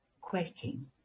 quaking